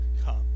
come